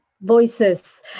voices